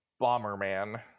Bomberman